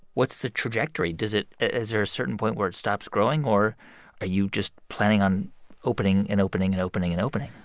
what's the trajectory? does it is there a certain point where it stops growing, or are you just planning on opening and opening and opening and opening?